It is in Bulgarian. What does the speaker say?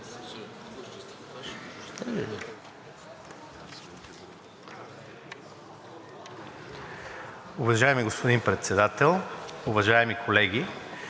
Уважаеми господин Председател, уважаеми колеги!